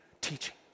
teaching